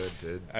dude